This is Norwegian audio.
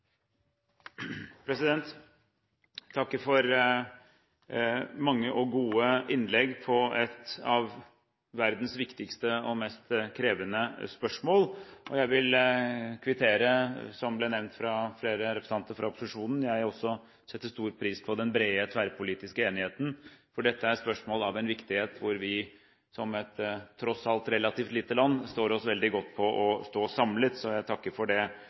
takker for mange og gode innlegg om et av verdens viktigste og mest krevende spørsmål. Jeg vil kvittere – som ble nevnt av flere representanter fra opposisjonen – at jeg også setter stor pris på den brede tverrpolitiske enigheten, for dette er spørsmål av en viktighet der vi som et tross alt relativt lite land står oss veldig godt på å stå samlet, så jeg takker for det